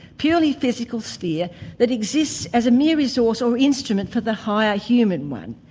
purely physical sphere that exists as a mere resource or instrument for the higher human one.